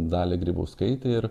dalią grybauskaitę ir